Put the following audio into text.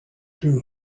too